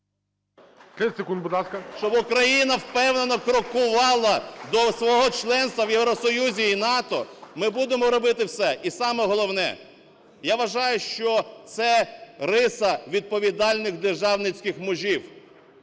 щоб Україна впевнено крокувала до свого членства в Євросоюзі і НАТО, ми будемо робити все. І саме головне, я вважаю, що це риса відповідальних державницьких мужів.